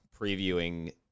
previewing